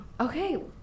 Okay